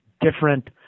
different